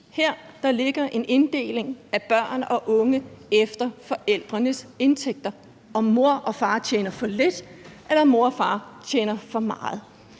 Her ligger en inddeling af børn og unge efter forældrenes indtægter, altså om mor og far tjener for lidt, eller om mor og far tjener for meget.